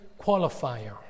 qualifier